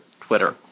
Twitter